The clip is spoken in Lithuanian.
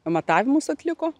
matavimus atliko